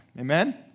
Amen